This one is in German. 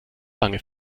lange